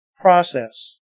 process